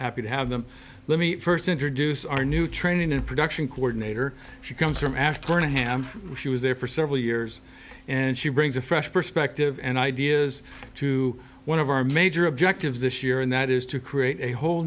happy to have them let me first introduce our new training and production coordinator she comes from after new hampshire she was there for several years and she brings a fresh perspective and ideas to one of our major objectives this year and that is to create a whole